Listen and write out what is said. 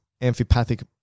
amphipathic